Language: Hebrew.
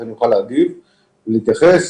אני לא מכיר אנשים בכלל.